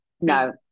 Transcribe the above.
No